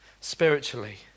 spiritually